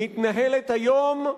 מתנהלת היום.